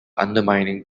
undermining